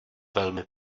velmi